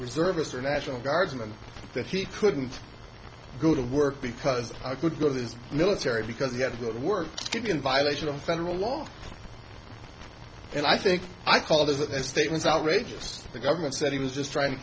reservists or national guardsmen that he couldn't go to work because i could go to his military because he had to go to work could be in violation of federal law and i think i call that the state was outrageous the government said he was just trying to